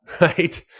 right